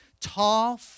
tall